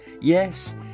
Yes